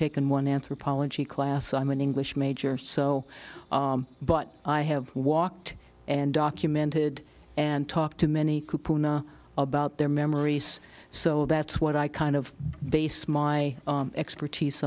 taken one anthropology class i'm an english major so but i have walked and documented and talked to many about their memories so that's what i kind of base my expertise